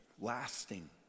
lasting